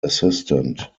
assistant